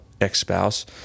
ex-spouse